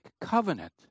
covenant